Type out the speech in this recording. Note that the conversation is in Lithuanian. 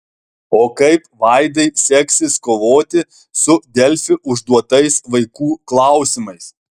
o kaip vaidai seksis kovoti su delfi užduotais vaikų klausimais